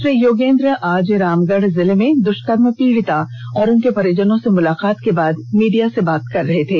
श्री योगेन्द्र आज रामगढ़ जिले में दुष्कर्म पीड़िता और उनके परिजनों से मुलाकात के बाद मीडिया से बात कर रहे थे